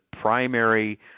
primary